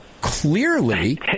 Clearly